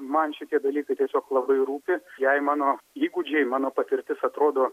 man šitie dalykai tiesiog labai rūpi jei mano įgūdžiai mano patirtis atrodo